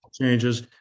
changes